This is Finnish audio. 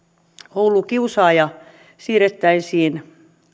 koulukiusaaja siirrettäisiin